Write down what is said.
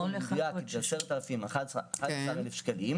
אם זה 10,000 או 11,000 שקל,